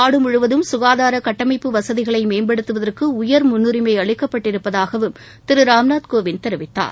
நாடு முழுவதும் சுகாதார கட்டமைப்பு வசதிகளை மேம்படுத்துவதற்கு உயர் முன்னுரிமை அளிக்கப்பட்டிருப்பதாகவும் திரு ராம்நாத் கோவிந்த் தெரிவித்தார்